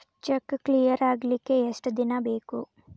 Check clear ಆಗಲಿಕ್ಕೆ ಎಷ್ಟ ದಿನ ಬೇಕು?